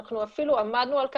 אנחנו אפילו עמדנו על כך,